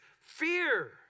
fear